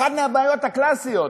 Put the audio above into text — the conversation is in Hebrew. אחת מהבעיות הקלאסיות,